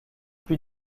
plus